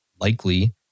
likely